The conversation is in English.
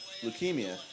leukemia